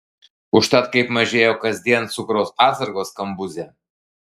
užtat kaip mažėjo kasdien cukraus atsargos kambuze